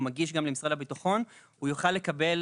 הוא מגיש גם למשרד הביטחון הוא יוכל לבחור,